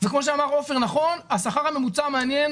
וכמו שאמר עופר נכון, השכר הממוצע מעניין